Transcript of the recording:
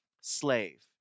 slave